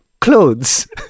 clothes